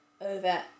over